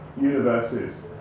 universes